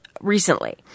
recently